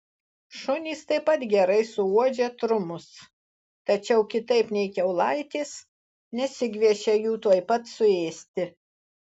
šunys taip pat gerai suuodžia trumus tačiau kitaip nei kiaulaitės nesigviešia jų tuoj pat suėsti